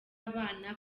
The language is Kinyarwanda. abana